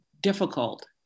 difficult